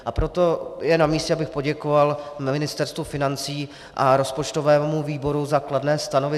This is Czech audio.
A proto je namístě, abych poděkoval Ministerstvu financí a rozpočtovému výboru za kladné stanovisko.